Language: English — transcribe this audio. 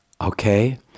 Okay